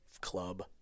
club